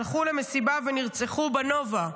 הלכו למסיבה ונרצחו בנובה.